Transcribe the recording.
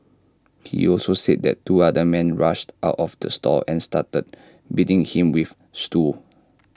he also said that two other men rushed out of the store and started beating him with stools